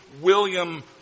William